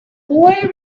boy